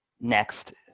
next